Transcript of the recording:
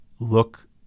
look